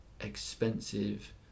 expensive